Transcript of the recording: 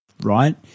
right